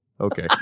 Okay